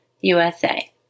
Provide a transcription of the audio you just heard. USA